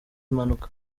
impanuka